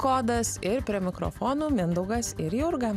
kodas ir prie mikrofonų mindaugas ir jurga